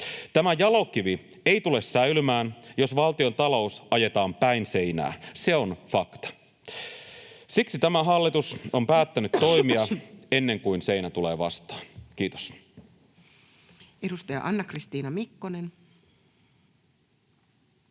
Tämä jalokivi ei tule säilymään, jos valtiontalous ajetaan päin seinää. Se on fakta. Siksi tämä hallitus on päättänyt toimia ennen kuin seinä tulee vastaan. — Kiitos. Edustaja Anna-Kristiina Mikkonen.